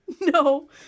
No